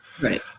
Right